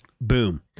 Boom